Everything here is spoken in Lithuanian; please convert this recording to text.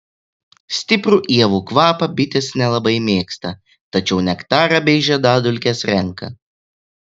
stiprų ievų kvapą bitės nelabai mėgsta tačiau nektarą bei žiedadulkes renka